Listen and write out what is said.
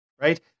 right